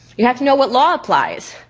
you have to know what law applies.